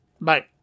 Bye